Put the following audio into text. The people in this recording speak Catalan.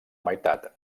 meitat